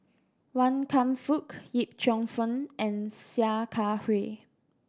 Wan Kam Fook Yip Cheong Fun and Sia Kah Hui